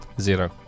Zero